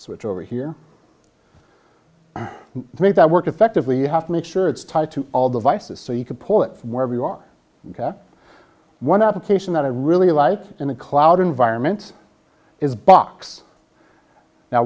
switch over here and make that work effectively you have to make sure it's tied to all devices so you can pull it from wherever you are get one application that i really like in a cloud environment is box now